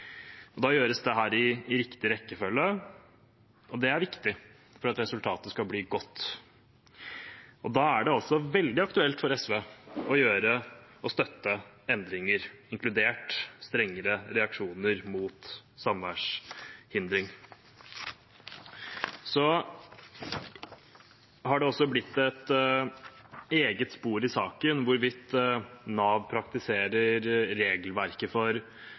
Da gjøres dette i riktig rekkefølge, og det er viktig for at resultatet skal bli godt. Da er det også veldig aktuelt for SV å gjøre og å støtte endringer, inkludert strengere reaksjoner mot samværshindring. Så har det også blitt et eget spor i saken, om hvorvidt Nav praktiserer regelverket for